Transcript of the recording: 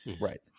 Right